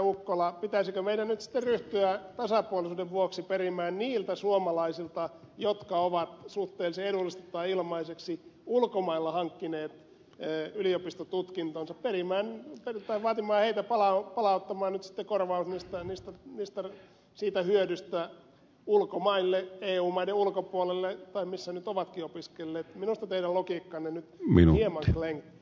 ukkola pitäisikö meidän nyt sitten ryhtyä tasapuolisuuden vuoksi vaatimaan niitä suomalaisia jotka ovat suhteellisen edullisesti tai ilmaiseksi ulkomailla hankkineet yliopistotutkintonsa perimmäinen odottavat meitä palauttamaan ja nyt sitten korvaamaan se hyöty ulkomaille eu maiden ulkopuolelle tai sinne missä nyt ovatkin opiskelleetmilta teologi minun ja masentua opiskelleet